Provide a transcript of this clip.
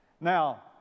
Now